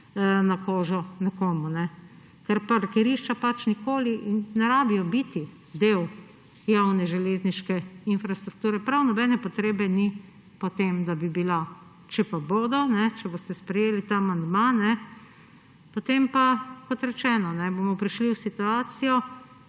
na kožo nekomu. Ker parkirišča pač nikoli – in ne rabijo biti – del javne železniške infrastrukture, prav nobene potrebe ni po tem, da bi bila. Če pa bodo, če boste sprejeli ta amandma, potem pa, kot rečeno, bomo prišli v situacijo,